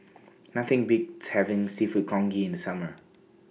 Nothing Beats having Seafood Congee in Summer